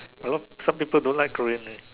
hello some people don't like Korean eh